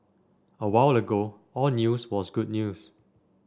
a while ago all news was good news